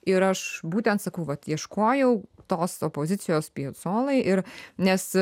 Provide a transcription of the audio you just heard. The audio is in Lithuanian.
ir aš būtent sakau vat ieškojau tos opozicijos piecolai ir nes